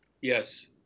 yes